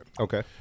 Okay